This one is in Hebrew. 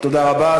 תודה רבה.